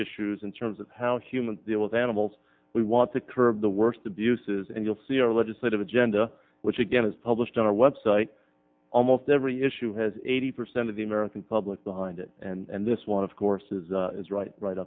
issues in terms of how humans deal with animals we want to curb the worst abuses and you'll see our legislative agenda which again is published on our web site almost every issue has eighty percent of the american public behind it and this one of course is right right